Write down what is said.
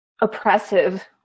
oppressive